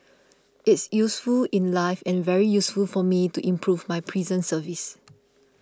it's useful in life and very useful for me to improve my prison service